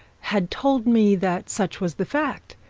had told me that such was the fact.